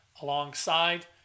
alongside